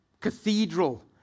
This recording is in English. cathedral